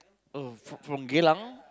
oh fr~ from Geylang